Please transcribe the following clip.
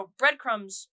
breadcrumbs